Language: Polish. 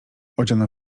odziana